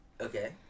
Okay